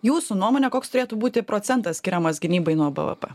jūsų nuomone koks turėtų būti procentas skiriamas gynybai nuo bvp